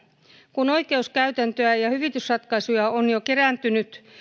kun oikeuskäytäntöä ja hyvitysratkaisuja on jo kerääntynyt